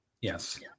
Yes